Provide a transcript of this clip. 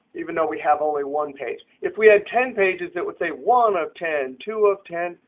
even though we have only one page. if we had ten pages, it would say, one of ten, two of ten,